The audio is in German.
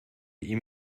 ihm